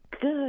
Good